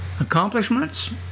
Accomplishments